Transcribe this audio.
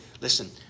Listen